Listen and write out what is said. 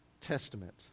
Testament